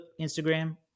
Instagram